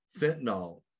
fentanyl